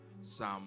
Psalm